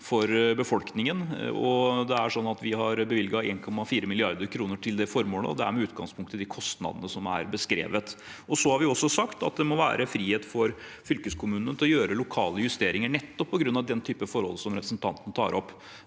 er slik at vi har bevilget 1,4 mrd. kr til det formålet, og det er med utgangspunkt i de kostnadene som er beskrevet. Så har vi også sagt at det må være frihet for fylkeskommunene til å gjøre lokale justeringer, nettopp på grunn av den typen forhold som representanten tar opp.